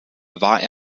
war